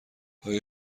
آیا